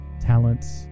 talents